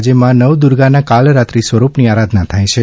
આજે મા નવદુર્ગાના કાલરાત્રિ સ્વરૂપની આરાધના થાથ છે